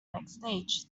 backstage